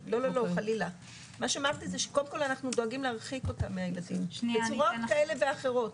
אנו דואגים להרחיק אותם מהילדים בצורות כאלה ואחרות.